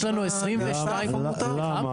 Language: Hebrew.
לא.